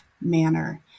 manner